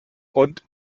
und